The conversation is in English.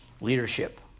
leadership